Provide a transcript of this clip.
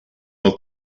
your